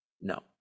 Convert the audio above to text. No